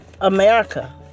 America